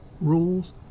rules